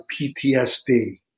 PTSD